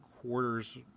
quarters